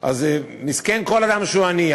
אז מסכן כל אדם שהוא עני.